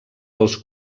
als